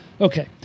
Okay